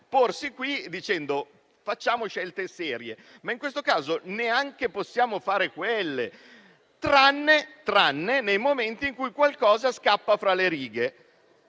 - che qui andrebbero fatte, ma in questo caso neanche possiamo fare quelle, tranne nei momenti in cui qualcosa scappa fra le righe.